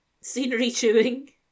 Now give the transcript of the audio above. scenery-chewing